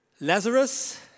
Lazarus